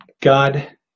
God